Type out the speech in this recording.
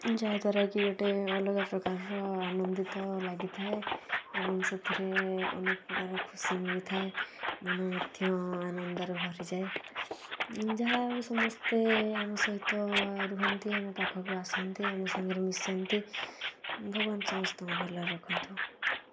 ଯାହାଦ୍ଵାରା କି ଗୋଟେ ଅଲଗା ପ୍ରକାରର ଆନନ୍ଦିତ ଲାଗିଥାଏ ଏବଂ ସେଥିରେ ଅନେକ ପ୍ରକାରର ଖୁସି ମିଳିଥାଏ ମନ ମଧ୍ୟ ଆନନ୍ଦରେ ଭରିଯାଏ ଯାହା ହେଉ ସମସ୍ତେ ଆମ ସହିତ ରୁହନ୍ତି ଆମ ପାଖକୁ ଆସନ୍ତି ଆମ ସାଙ୍ଗରେ ମିଶନ୍ତି ଭଗବାନ ସମସ୍ତଙ୍କୁ ଭଲରେ ରଖନ୍ତୁ